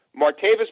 Martavis